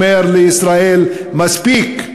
אומר לישראל: מספיק.